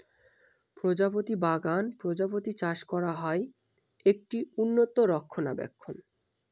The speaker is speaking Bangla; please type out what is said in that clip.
প্রজাপতি বাগান প্রজাপতি চাষ করা হয়, একটি উন্নত রক্ষণাবেক্ষণ